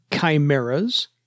chimeras